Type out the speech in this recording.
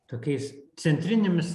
tokiais centrinėmis